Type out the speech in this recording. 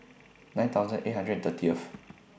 nine thousand eight hundred and thirtieth